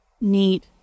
Neat